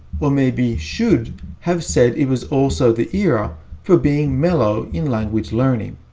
or maybe should have said it was also the era for being mellow in language learning.